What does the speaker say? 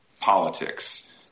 politics